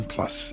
Plus